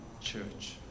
church